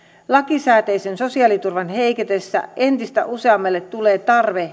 lakisääteisen sosiaaliturvan heiketessä entistä useammalle tulee tarve